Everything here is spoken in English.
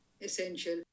essential